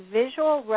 visual